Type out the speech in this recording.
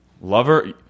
lover